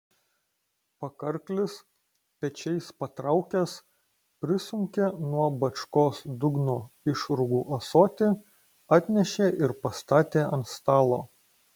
pakarklis pečiais patraukęs prisunkė nuo bačkos dugno išrūgų ąsotį atnešė ir pastatė ant stalo